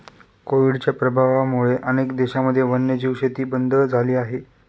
कोविडच्या प्रभावामुळे अनेक देशांमध्ये वन्यजीव शेती बंद झाली आहे